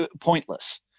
pointless